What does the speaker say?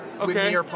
Okay